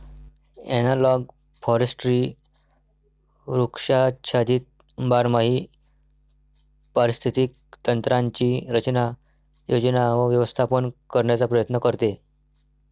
analogue forestry वृक्षाच्छादित बारमाही पारिस्थितिक तंत्रांची रचना, योजना व व्यवस्थापन करण्याचा प्रयत्न करते